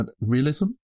Realism